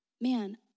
Man